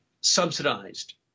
subsidized